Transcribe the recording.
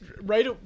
right